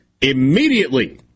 immediately